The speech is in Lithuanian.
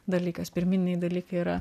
dalykas pirminiai dalykai yra